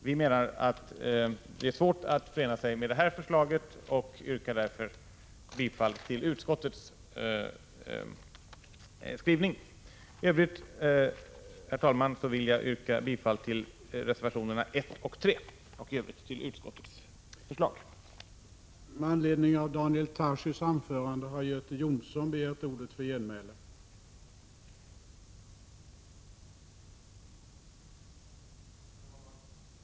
Vi menar att det är svårt att förena sig med det aktuella förslaget från moderaterna och yrkar därför bifall till utskottets hemställan. Herr talman! Jag yrkar bifall också till reservationerna 1 och 3 och i övrigt till utskottets förslag.